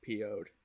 po'd